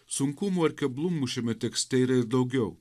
sunkumų ar keblumų šiame tekste yra ir daugiau